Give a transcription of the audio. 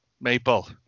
Maple